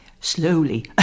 Slowly